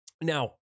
Now